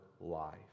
life